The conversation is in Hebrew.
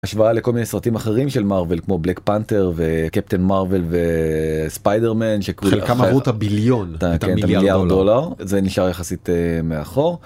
השוואה לכל מיני סרטים אחרים של מארוול כמו בלק פאנת׳ר וקפטן מארוול וספיידרמן שחלקם עברו את הביליון את המיליארד דולר, זה נשאר יחסית מאחור.